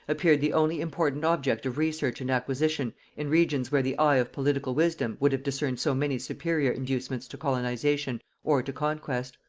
appeared the only important object of research and acquisition in regions where the eye of political wisdom would have discerned so many superior inducements to colonization or to conquest.